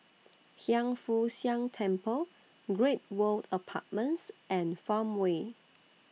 Hiang Foo Siang Temple Great World Apartments and Farmway